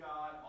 God